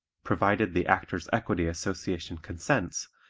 provided the actors' equity association consents,